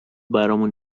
برامون